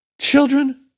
children